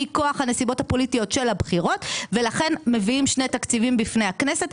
מכוח הנסיבות הפוליטיות של הבחירות ולכן מביאים שני תקציבים בפני הכנסת.